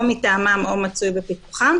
או מטעמם או מצוי בפיקוחם.